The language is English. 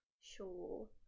Sure